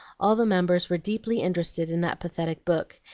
all the members were deeply interested in that pathetic book,